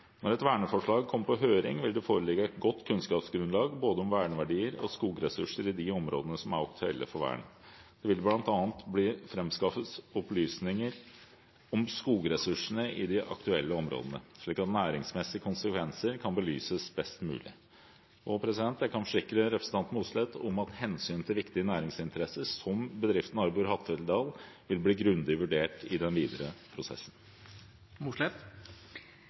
Når et verneforslag kommer på høring, vil det foreligge et godt kunnskapsgrunnlag om både verneverdier og skogressurser i de områdene som er aktuelle for vern. Det vil bl.a. bli framskaffet opplysninger om skogressursene i de aktuelle områdene, slik at næringsmessige konsekvenser kan belyses best mulig. Jeg kan forsikre representanten Mossleth om at hensynet til viktige næringsinteresser, som bedriften Arbor-Hattfjelldal, vil bli grundig vurdert i den videre prosessen.